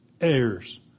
heirs